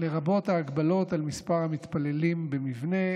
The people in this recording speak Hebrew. לרבות ההגבלות על מספר המתפללים במבנה,